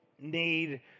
need